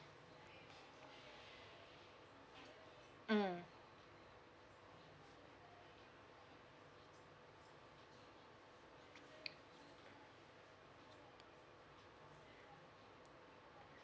mm